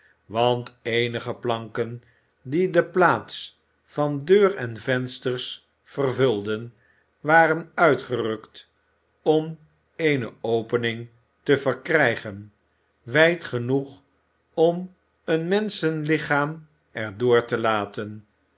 want eenige planken die de plaats van deur en vensters vervulden waren uitgerukt om eene opening te verkrijgen wijd genoeg om een menschenlichaam er door te laten